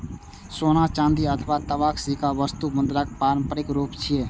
सोना, चांदी अथवा तांबाक सिक्का वस्तु मुद्राक पारंपरिक रूप छियै